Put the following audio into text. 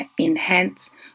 enhance